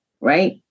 right